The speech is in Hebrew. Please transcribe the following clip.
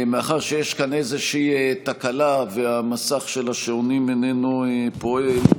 מאחר שיש כאן איזושהי תקלה והמסך של השעונים איננו פועל,